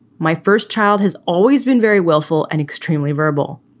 my first child has always been very willful and extremely verbal.